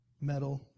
metal